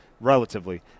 relatively